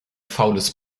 faules